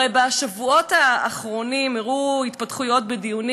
הרי בשבועות האחרונים אירעה התפתחות בדיונים